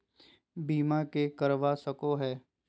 बीमा के करवा सको है?